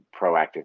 proactive